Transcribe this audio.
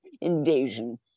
invasion